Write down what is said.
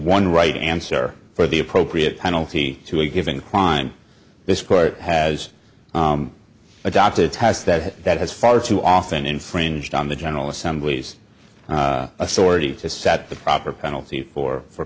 one right answer for the appropriate penalty to a given crime this court has adopted has that that has far too often infringed on the general assembly's authority to set the proper penalty for for